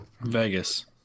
Vegas